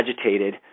agitated